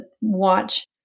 watch